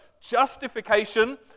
Justification